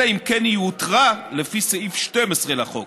אלא אם כן היא הותרה לפי סעיף 12 לחוק.